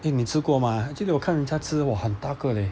eh 你吃过吗 actually 我看人家吃 !wah! 很大个 leh